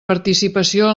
participació